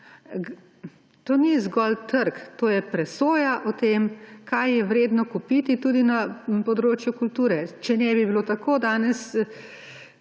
To ni zgolj trg, to je presoja o tem, kaj je vredno kupiti tudi na področju kulture. Če ne bi bilo tako, danes,